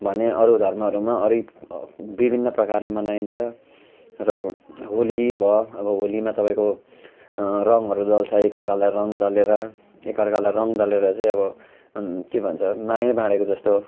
भने अरू धर्महरूमा अरू नै विभिन्न प्रकारले मनाइन्छ र होली भयो अब होलीमा तपाईँको रङहरू दल्छ एकाअर्कालाई रङ दलेर एकाअर्कालाई रङ दलेर चाहिँ अब के भन्छ मायै बाँडेको जस्तो